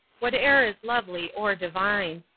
whate'er is lovely or divine.